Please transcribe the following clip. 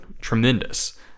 tremendous